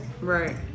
Right